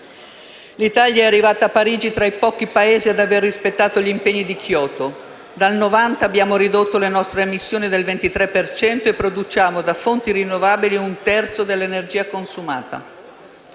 L'Italia è arrivata a Parigi tra i pochi Paesi ad aver rispettato gli impegni di Kyoto: dal 1990 abbiamo ridotto le nostre emissioni del 23 per cento e produciamo da fonti rinnovabili un terzo dell'energia consumata.